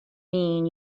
mean